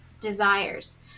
desires